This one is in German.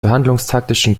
verhandlungstaktischen